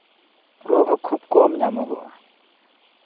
ᱨᱳᱜᱽ ᱦᱚᱸ ᱠᱷᱩᱵᱽ ᱠᱚᱢ ᱧᱟᱢᱚᱜᱚᱜᱼᱟ